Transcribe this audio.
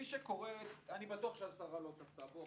אני בטוח שהשרה לא צפתה בו,